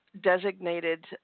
designated